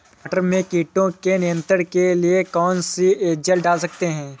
मटर में कीटों के नियंत्रण के लिए कौन सी एजल डाल सकते हैं?